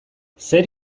zer